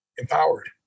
empowered